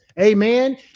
Amen